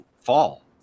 fall